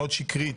מאוד שקרית,